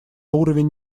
уровень